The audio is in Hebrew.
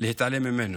להתעלם ממנו.